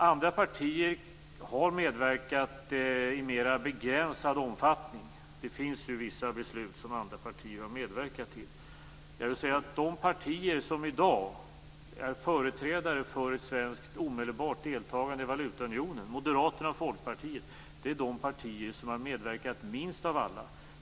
Andra partier har medverkat i mer begränsad omfattning. Det finns vissa beslut som andra partier har medverkat till. De partier som i dag är företrädare för ett svenskt omedelbart deltagande i valutaunionen, Moderaterna och Folkpartiet, är de partier som har medverkat minst av alla.